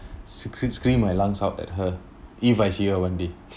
scre~ scream my lungs out at her if I see her one day